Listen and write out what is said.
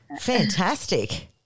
Fantastic